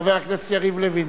חבר הכנסת יריב לוין.